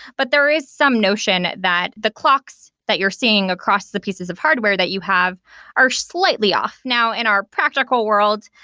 but there is some notion that the clocks that you're seeing across the pieces of hardware that you have are slightly off. now, in our practical world,